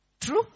True